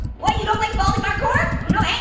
what, you don't like baldy parkour? no hey,